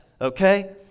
okay